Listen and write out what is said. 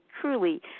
truly